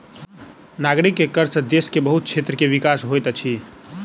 नागरिक के कर सॅ देश के बहुत क्षेत्र के विकास होइत अछि